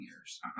years